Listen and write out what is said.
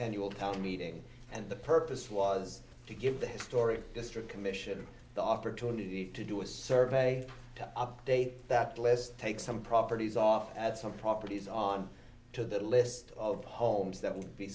annual town meeting and the purpose was to give the historic district commission the opportunity to do a survey to update that list take some properties off at some properties on to the list of homes that would be